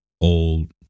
old